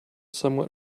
somewhat